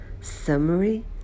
summary